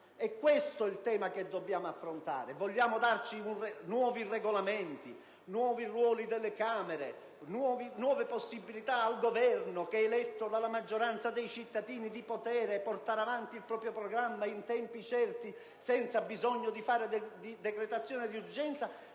È questo il tema che dobbiamo affrontare. Vogliamo darci nuovi Regolamenti? Vogliamo nuovi ruoli per le Camere? Vogliamo dare nuove possibilità al Governo, che è eletto dalla maggioranza dei cittadini, di portare avanti il proprio programma in tempi certi, senza bisogno di fare decretazione d'urgenza?